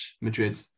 madrid